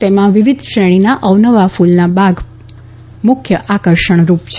તેમાં વિવિધ શ્રેણીનાં અવનવાં ફૂલના બાગ મુખ્ય આકર્ષણરૂપ છે